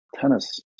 tennis